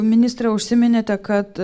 ministre užsiminėte kad